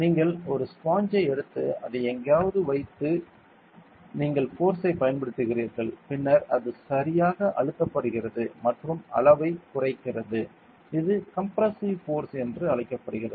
நீங்கள் ஒரு ஸ்பான்ச் எடுத்து அதை எங்காவது வைத்து நீங்கள் போர்ஸ் ஐ பயன்படுத்துகிறீர்கள் பின்னர் அது சரியாக அழுத்தப்படுகிறது மற்றும் அளவைக் குறைக்கிறது இது கம்ப்ரசிவ் போர்ஸ் என்று அழைக்கப்படுகிறது